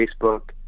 Facebook